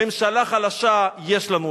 ממשלה חלשה יש לנו.